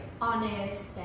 honest